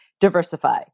diversify